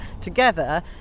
together